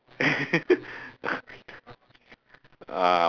uh